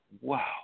Wow